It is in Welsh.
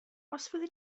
fyddi